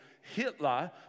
Hitler